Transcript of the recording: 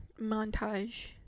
montage